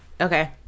okay